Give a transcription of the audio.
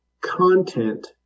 content